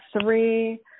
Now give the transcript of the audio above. three